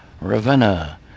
Ravenna